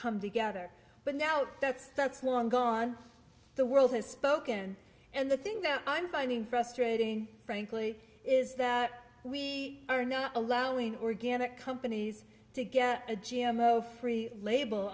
come together but now that's that's long gone the world has spoken and the thing that i'm finding frustrating frankly is that we are not allowing organic companies to get a g m o free label